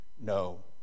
no